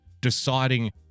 deciding